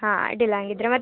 ಹಾಂ ಅಡ್ಡಿಲ್ಲ ಹಂಗಿದ್ರ್ ಮತ್ತೆ